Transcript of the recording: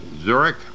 Zurich